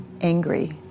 angry